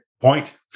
point